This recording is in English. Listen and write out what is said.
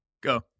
Go